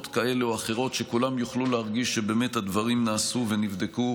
כאלה ואחרות ושכולם יוכלו להרגיש שבאמת הדברים נעשו ונבדקו